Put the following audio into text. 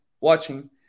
watching